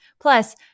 Plus